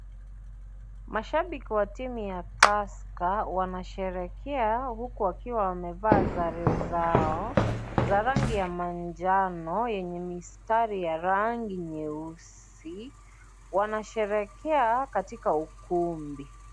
Mashabiki wa timu ya Tusker wanasherekea huku wakiwa wamevaa sare zao za rangi ya manjano yenye mistari ya rangi nyeusi, wanasherekea katika ukumbi.